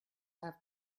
have